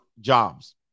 jobs